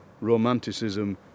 romanticism